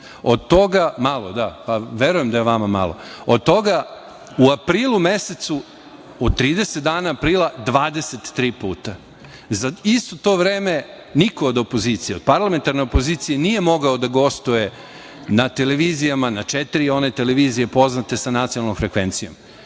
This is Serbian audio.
93 puta. Verujem da je vama malo. Od toga u aprilu mesecu, od 30 dana aprila, 23 puta. Za isto to vreme niko od opozicije, od parlamentarne opozicije, nije mogao da gostuje na televizijama na one četiri televizije poznate sa nacionalnom frekvencijom.